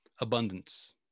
Abundance